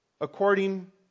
according